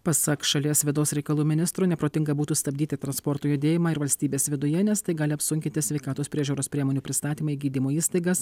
pasak šalies vidaus reikalų ministro neprotinga būtų stabdyti transporto judėjimą ir valstybės viduje nes tai gali apsunkinti sveikatos priežiūros priemonių pristatymą į gydymo įstaigas